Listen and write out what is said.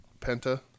penta